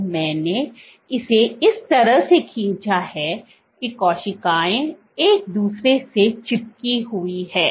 तो मैंने इसे इस तरह से खींचा है कि कोशिकाएं एक दूसरे से चिपकी हुई हैं